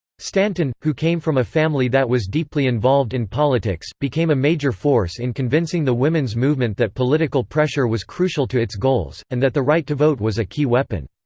stanton, who came from a family that was deeply involved in politics, became a major force in convincing the women's movement that political pressure was crucial to its goals, and that the right to vote was a key weapon.